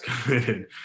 committed